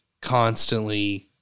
constantly